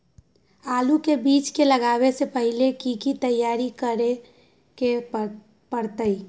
आलू के बीज के लगाबे से पहिले की की तैयारी करे के परतई?